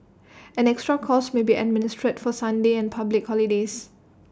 an extra cost may be administered for Sundays and public holidays